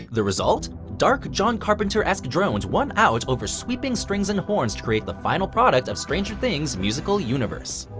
the result? dark john carpenter-esque drones won out over sweeping strings and horns to create the final product of stranger things' musical universe.